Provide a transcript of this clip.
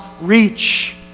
reach